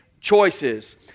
choices